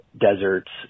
deserts